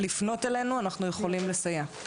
פנו אלינו, אנחנו, בשמחה רבה, יכולים לסייע.